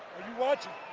are you watching?